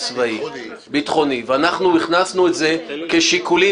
צבאי-ביטחוני ואנחנו הכנסנו את זה כשיקולים